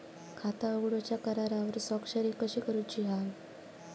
खाता उघडूच्या करारावर स्वाक्षरी कशी करूची हा?